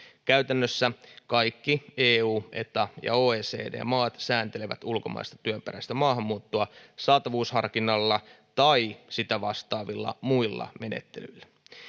käytännössä kaikki eu eta ja oecd maat sääntelevät ulkomaista työperäistä maahanmuuttoa saatavuusharkinnalla tai sitä vastaavilla muilla menettelyillä